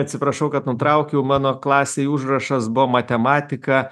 atsiprašau kad nutraukiau mano klasėj užrašas buvo matematika